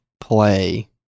play